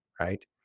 right